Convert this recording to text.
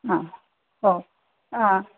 आ ओ आ